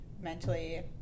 mentally